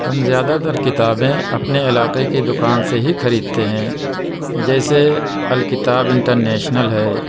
ہم زیادہ تر کتابیں اپنے علاقے کے دکان سے ہی خریدتے ہیں جیسے الکتاب انٹرنیشنل ہے